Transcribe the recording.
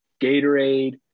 Gatorade